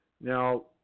Now